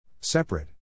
Separate